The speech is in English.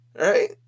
Right